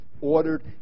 ordered